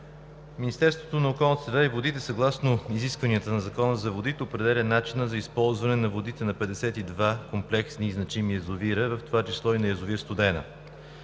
Министерството на околната среда и водите съгласно изискванията на Закона за водите определя начина за използване на води на 52 комплексни, значими язовири, в това число и на язовир „Студена“.